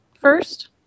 first